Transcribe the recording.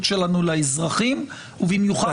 שלנו לאזרחים ובמיוחד לאזרחים המוחלשים.